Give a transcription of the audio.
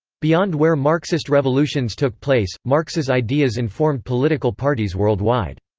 beyond where marxist revolutions took place, marx's ideas informed political parties worldwide.